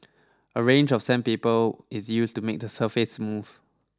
a range of sandpaper is used to make the surface smooth